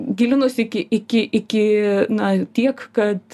gilinausi iki iki iki na tiek kad